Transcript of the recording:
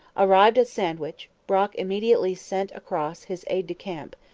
arrived at sandwich, brock immediately sent across his aide-de-camp,